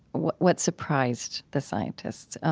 what what surprised the scientists.